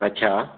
अच्छा